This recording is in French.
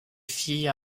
filles